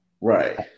Right